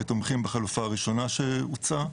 ותומכים בחלופה הראשונה שהוצעה,